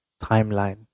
timeline